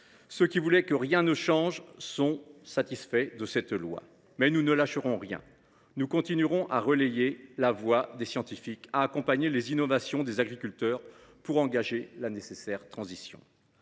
Ceux qui voulaient que rien ne change sont satisfaits de cette loi. Mais nous ne lâcherons rien. Nous continuerons à relayer la voix des scientifiques et à accompagner les innovations des agriculteurs pour engager la nécessaire transition.